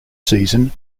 season